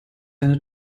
eine